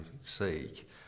seek